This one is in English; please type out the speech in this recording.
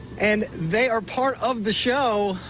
and they are part of the show.